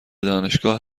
دانشگاه